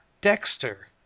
Dexter